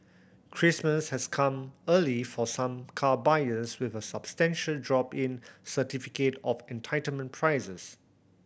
Christmas has come early for some car buyers with a substantial drop in certificate of entitlement prices